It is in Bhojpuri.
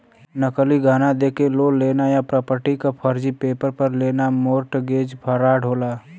नकली गहना देके लोन लेना या प्रॉपर्टी क फर्जी पेपर पर लेना मोर्टगेज फ्रॉड होला